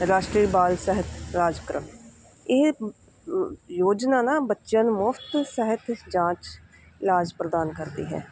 ਰਾਸ਼ਟਰੀ ਬਾਲ ਸਹਿਤ ਰਾਜਕ੍ਰਮ ਇਹ ਯੋ ਯੋਜਨਾ ਨਾ ਬੱਚਿਆਂ ਨੂੰ ਮੁਫਤ ਸਹਿਤ ਜਾਂਚ ਇਲਾਜ ਪ੍ਰਦਾਨ ਕਰਦੀ ਹੈ